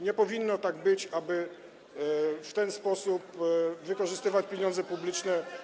Nie powinno tak być, aby w ten sposób wykorzystywać pieniądze publiczne.